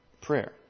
prayer